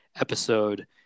episode